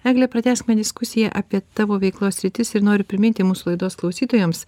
egle pratęsime diskusiją apie tavo veiklos sritis ir noriu priminti mūsų laidos klausytojams